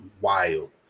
wild